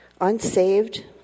Unsaved